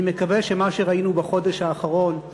אני מקווה שמה שראינו בחודש האחרון,